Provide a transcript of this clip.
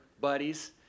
buddies